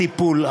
הטיפול,